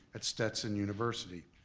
at stetson university.